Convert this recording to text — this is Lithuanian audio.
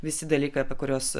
visi dalykai apie kuriuos